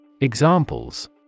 Examples